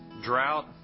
drought